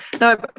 No